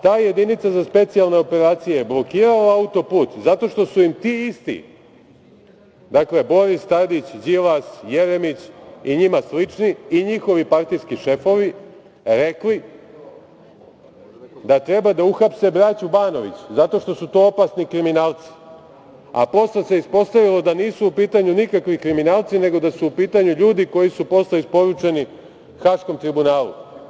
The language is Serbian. Ta Jedinica za specijalne operacije blokirala autoput zato što su im ti isti, dakle, Boris Tadić, Đilas, Jeremić i njima slični i njihovi partijski šefovi, rekli da treba da uhapse braću Banović zato što su to opasni kriminalci, a posle se ispostavilo da nisu u pitanju nikakvi kriminalci, nego da su u pitanju ljudi koji su posle isporučeni Haškom tribunalu.